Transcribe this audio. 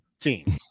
team